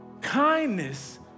kindness